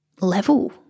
level